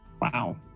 Wow